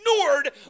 ignored